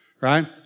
right